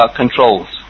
controls